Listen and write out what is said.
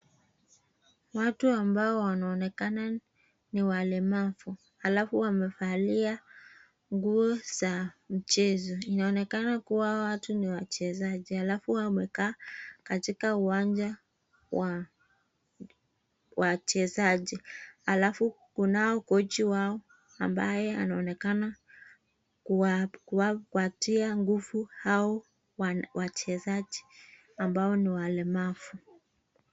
Watu ambao wanaonekana ni walemavu alafu wamevalia nguo za mchezo inaonekana kuwa hawa watu ni wachezaji alafu wamekaa katika uwanja wa wachezaji alafu kunao kochi wao ambaye anaonekana kuwapatia nguvu hao wachezaji ambao ni walemavu.